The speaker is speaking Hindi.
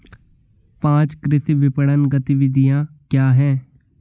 पाँच कृषि विपणन गतिविधियाँ क्या हैं?